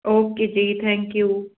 okay ji thank you